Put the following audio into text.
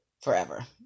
forever